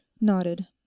nodded